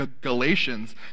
Galatians